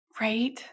Right